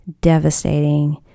devastating